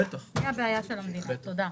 מי הבעיה של המדינה, תודה.